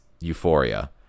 euphoria